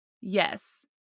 Yes